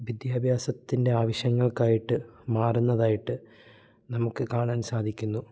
വിദ്യാഭ്യാസത്തിൻ്റെ ആവശ്യങ്ങൾക്ക് ആയിട്ട് മാറുന്നതായിട്ട് നമുക്ക് കാണാൻ സാധിക്കുന്നു